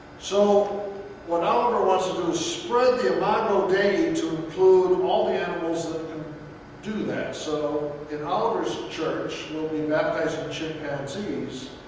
so what oliver wants to do is spread the imago dei to include um all the animals that can do that. so in oliver's church, we'll be baptizing chimpanzees